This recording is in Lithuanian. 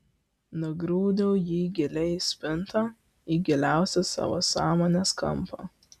nugrūdau jį giliai į spintą į giliausią savo sąmonės kampą